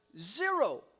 Zero